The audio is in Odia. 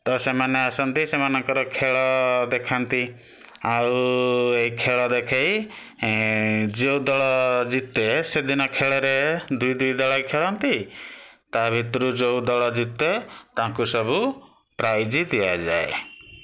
ତ ସେମାନେ ଆସନ୍ତି ସେମାନଙ୍କର ଖେଳ ଦେଖାନ୍ତି ଆଉ ଏ ଖେଳ ଦେଖାଇ ଯେଉଁ ଦଳ ଜିତେ ସେଦିନ ଖେଳେରେ ଦୁଇ ଦୁଇଦଳ ଖେଳନ୍ତି ତା'ଭିତରୁ ଯେଉଁ ଦଳ ଜିତେ ତାଙ୍କୁ ସବୁ ପ୍ରାଇଜ୍ ଦିଆଯାଏ